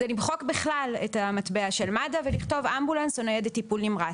זה למחוק בכלל את המטבע של מד"א ולכתוב "אמבולנס או ניידת טיפול נמרץ".